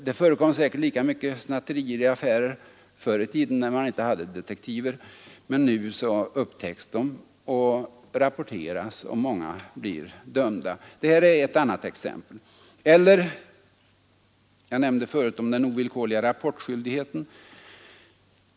Det förekom säkert lika mycket snatterier i affärerna förr i tiden, när man inte hade några detektiver, men nu upptäcks tillgreppen och rapporteras, och många snattare blir dömda. Detta är bara ett par exempel. Jag nämnde tidigare den ovillkorliga rapportskyldigheten.